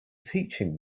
teaching